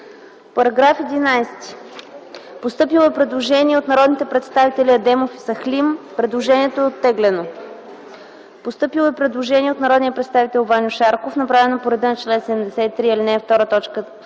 По § 11 е постъпило предложение от народните представители Адемов и Сахлин. Предложението е оттеглено. Постъпило е предложение от народния представител Ваньо Шарков, направено по реда